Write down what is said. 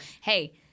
hey